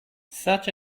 such